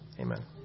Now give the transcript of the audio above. Amen